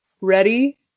ready